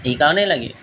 এইকাৰণেই লাগে